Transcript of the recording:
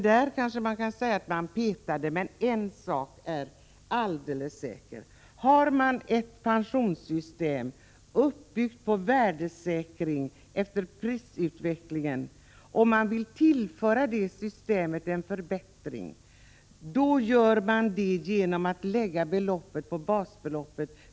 Man kanske kan kalla även detta för att ”peta i basbeloppet”, men en sak är alldeles säker: om man har ett pensionssystem som är uppbyggt på värdesäkring efter prisutvecklingen och vill tillföra det systemet en förbättring, då gör man det bäst genom att lägga tilläggsbeloppet till basbeloppet.